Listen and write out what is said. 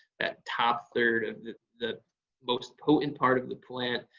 that top third of the most potent part of the plant.